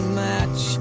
match